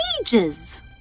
ages